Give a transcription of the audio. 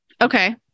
Okay